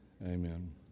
Amen